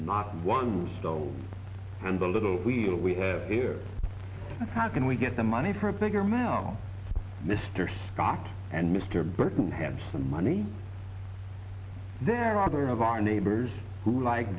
not one stone and the little wheel we have here how can we get the money for a bigger mound mr scott and mr burton had some money there other of our neighbors who like